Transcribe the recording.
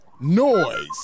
noise